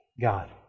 God